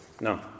No